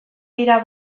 dira